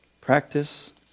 Practice